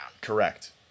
Correct